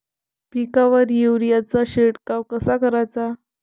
पिकावर युरीया चा शिडकाव कसा कराचा?